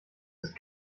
ist